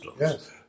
Yes